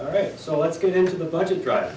all right so let's get into the budget driv